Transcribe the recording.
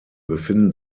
befinden